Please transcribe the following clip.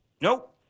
Nope